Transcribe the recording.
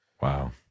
Wow